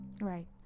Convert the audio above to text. Right